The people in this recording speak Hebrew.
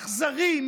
אכזרי,